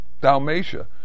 Dalmatia